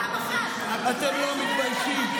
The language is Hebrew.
אתם לא מתביישים?